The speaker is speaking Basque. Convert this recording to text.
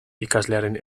ikaslearen